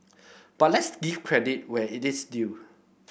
but let's give credit where it is due